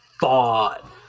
thought